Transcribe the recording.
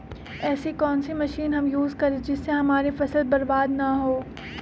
ऐसी कौन सी मशीन हम यूज करें जिससे हमारी फसल बर्बाद ना हो?